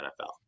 NFL